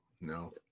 no